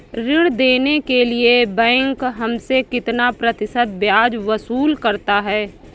ऋण देने के लिए बैंक हमसे कितना प्रतिशत ब्याज वसूल करता है?